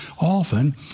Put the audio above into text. often